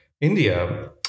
India